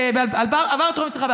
סליחה,